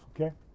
okay